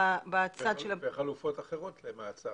וחלופות אחרות למעצר.